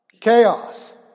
chaos